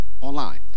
online